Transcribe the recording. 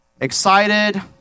excited